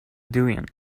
doing